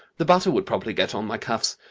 the butter would probably get on my cuffs.